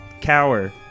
Cower